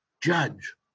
Judge